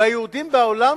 והיהודים בעולם,